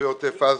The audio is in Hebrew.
תושבי עוטף עזה.